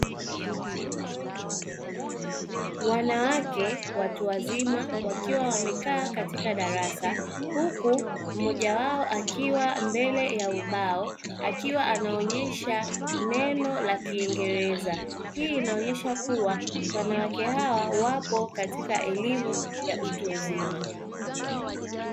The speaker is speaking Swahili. Wanawake watu wazima wakiwa wamekaa katika darasa huku mmoja wao akiwa mbele ya ubao akiwa anaonyesha neno la kiingereza. Hii inaonyesha kuwa wanawake hawa wapo katika elimu ya utu uzima.